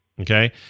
Okay